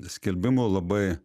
skelbimų labai